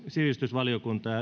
sivistysvaliokuntaan